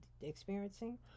experiencing